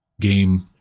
game